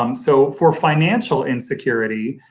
um so for financial insecurity,